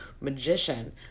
Magician